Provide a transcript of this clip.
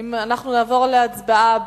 אנחנו נעבור להצבעה.